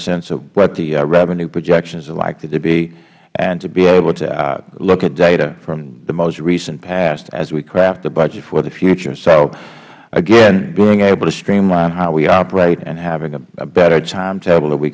sense of what the revenue projections are likely to be and to be able to look at data from the most recent past as we craft the budget for the future so again being able to streamline how we operate and having a better timetable that we